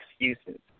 excuses